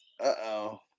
Uh-oh